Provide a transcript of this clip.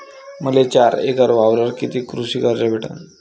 मले चार एकर वावरावर कितीक कृषी कर्ज भेटन?